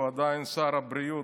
הוא עדיין שר הבריאות,